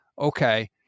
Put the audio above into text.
okay